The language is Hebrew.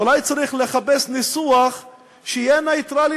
אולי צריך לחפש ניסוח שיהיה נייטרלי,